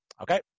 Okay